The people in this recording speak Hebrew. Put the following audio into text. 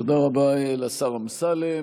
תודה רבה לשר אמסלם.